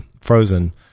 Frozen